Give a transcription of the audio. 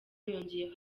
yongeyeho